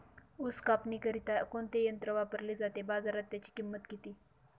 ऊस कापणीकरिता कोणते यंत्र वापरले जाते? बाजारात त्याची किंमत किती?